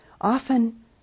often